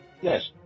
yes